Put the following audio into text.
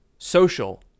Social